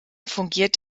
fungiert